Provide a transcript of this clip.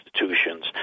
institutions